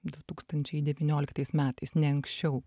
du tūkstančiai devynioliktais metais ne anksčiau